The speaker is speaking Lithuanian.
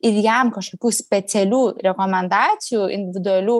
ir jam kažkokių specialių rekomendacijų individualių